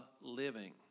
living